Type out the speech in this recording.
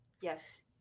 Yes